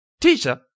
Teacher